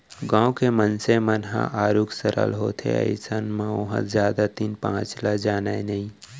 गाँव के मनसे मन ह आरुग सरल होथे अइसन म ओहा जादा तीन पाँच ल जानय नइ